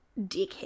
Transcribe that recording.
dickhead